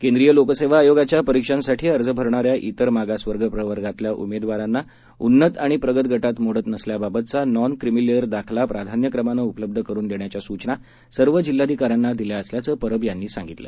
केंद्रीय लोकसेवा आयोगाच्या परीक्षांसाठी अर्ज भरणाऱ्या इतर मागासवर्ग प्रवर्गातल्या उमेदवारांना उन्नत आणि प्रगत गटात मोडत नसल्याबाबतचा नॉन क्रिमिलेयर दाखला प्राधान्यक्रमानं उपलब्ध करुन देण्याच्या सूचना सर्व जिल्हाधिकाऱ्यांना दिल्या असल्याचं परब यांनी सांगितलं